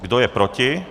Kdo je proti?